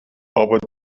aber